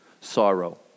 sorrow